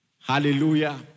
Hallelujah